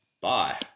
Bye